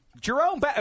Jerome